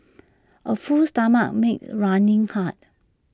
A full stomach makes running hard